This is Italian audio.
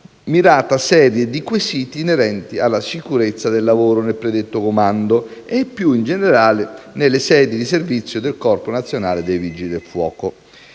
mirata serie di quesiti inerenti alla sicurezza del lavoro nel predetto comando e, più in generale, nelle sedi di servizio del Corpo nazionale dei vigili del fuoco.